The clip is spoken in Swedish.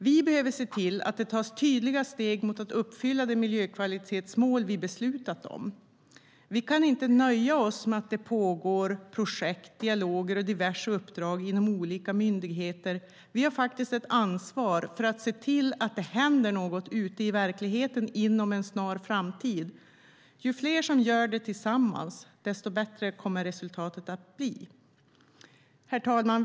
Vi behöver se till att det tas tydliga steg emot att uppfylla det miljökvalitetsmål vi beslutat om. Vi kan inte nöja oss med att det pågår projekt, dialoger och diverse uppdrag inom olika myndigheter - vi har faktiskt ett ansvar för att se till att det händer något ute i verkligheten inom en snar framtid. Ju fler som gör det tillsammans desto bättre kommer resultatet att bli. Herr talman!